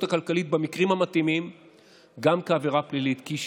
הכלכלית כעבירה פלילית במקרים המתאימים.